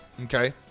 okay